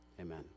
Amen